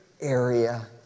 area